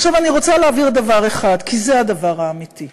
אני רוצה להבהיר דבר אחד, כי זה הדבר האמיתי,